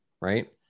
Right